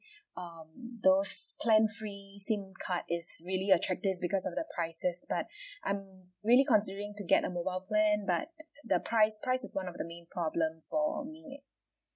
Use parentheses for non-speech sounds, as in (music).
(breath) um those plan free SIM card it's really attractive because of the prices but (breath) I'm really considering to get a mobile plan but the price price is one of the main problems for me